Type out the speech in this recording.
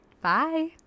Bye